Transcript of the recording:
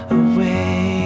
away